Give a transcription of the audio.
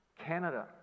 Canada